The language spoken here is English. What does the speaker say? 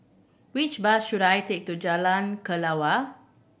which bus should I take to Jalan Kelawar